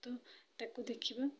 ତ ତାକୁ ଦେଖିବା